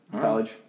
college